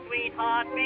sweetheart